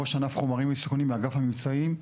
ראש ענף חומרים מסוכנים באגף המבצעים.